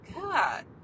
God